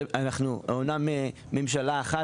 אנחנו אמנם ממשלה אחת,